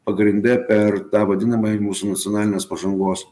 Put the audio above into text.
pagrinde per tą vadinamąjį mūsų nacionalinės pažangos